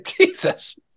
Jesus